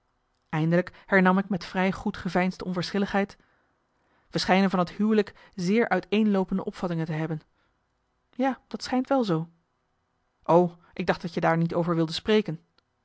eindelijk hernam ik met vrij goed geveinsde onverschilligheid marcellus emants een nagelaten bekentenis wij schijnen van het huwelijk zeer uiteenloopende opvattingen te hebben ja dat schijnt wel zoo o ik dacht dat je daar niet over wilde spreken